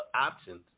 options